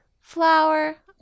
Flower